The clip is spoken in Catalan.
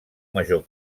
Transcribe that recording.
major